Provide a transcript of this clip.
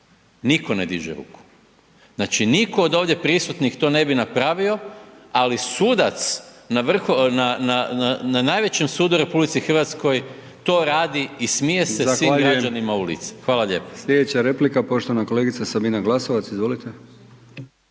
Nitko ne diže ruku, znači nitko od ovdje prisutnih to ne bi napravio, ali sudac na najvećem sudu u RH to radi i smije se svim građanima u lice. Hvala lijepo. **Brkić, Milijan (HDZ)** Zahvaljujem. Sljedeća replika poštovana kolegica Sabina Glasovac. Izvolite.